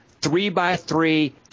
three-by-three